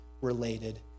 related